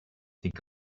think